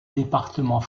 département